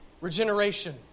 Regeneration